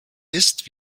ist